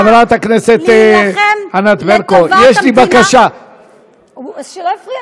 חבר הכנסת עיסאווי פריג', תגיש הצעת חוק.